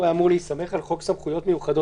הסעיף הזה היה אמור להיסמך על חוק סמכויות מיוחדות.